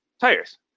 tires